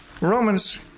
Romans